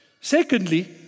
Secondly